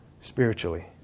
spiritually